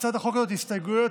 החוק הזאת הסתייגויות,